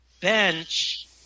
bench